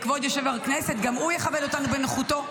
כבוד יושב-ראש הכנסת גם הוא יכבד אותנו בנוכחותו.